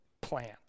plant